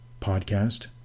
podcast